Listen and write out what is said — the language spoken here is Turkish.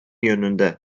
yönünde